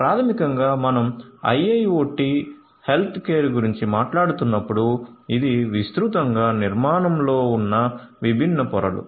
ప్రాథమికంగా మనం IIoT healthcare గురించి మాట్లాడుతున్నప్పుడు ఇవి విస్తృతంగా నిర్మాణంలో విభిన్న పొరలు